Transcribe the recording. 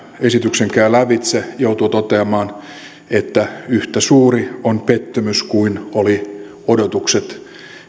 esityksen käy lävitse joutuu toteamaan että yhtä suuri on pettymys kuin olivat odotukset